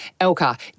Elka